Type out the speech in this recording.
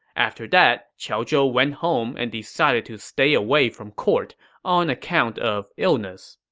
after that, he ah went home and decided to stay away from court on account of illness